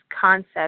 concept